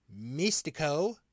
Mystico